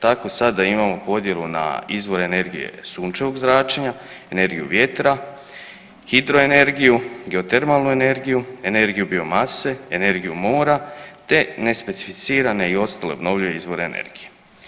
Tako sada imamo podjelu na izvor energije sunčevog zračenja, energiju vjetra, hidroenergiju, geotermalnu energiju, energiju biomase, energiju mora te nespecificirane i ostale obnovljive izvore energije.